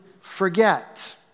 forget